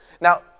Now